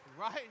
Right